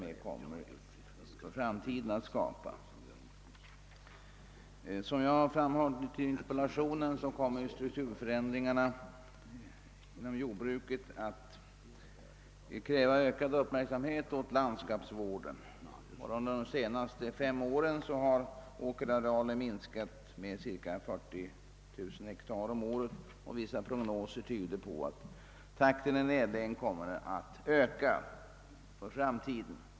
De problemen kommer att bli ännu mer besvärande i framtiden. Som jag framhållit i min interpellation kräver = strukturförändringarna inom jordbruket att landskapsvården ägnas större uppmärksamhet. Under de senaste fem åren har åkerarealen minskat med cirka 40000 hektar om året, och prognoser tyder på att nedläggningstakten kommer att öka ytterligare i framtiden.